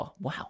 Wow